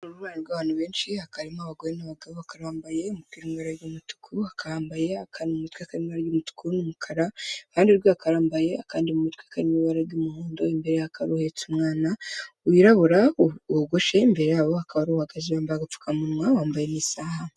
abantu benshikamo abagore n'abagabokara bambaye umup umutuku akambaye akan umutwe kara ry'umutuku n'umukara iruhande rw rwekarambaye akanda umutwe ka ibara ry'umuhondo imbere akaruhetsa umwana wirabura wogoshe imbereruhagaze bamba agapfukamunwa wambaye muisaha